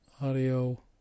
Audio